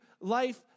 life